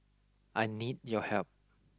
I need your help